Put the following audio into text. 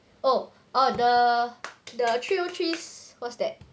oh orh the the three O threes what's that